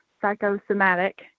psychosomatic